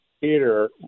Peter